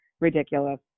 ridiculous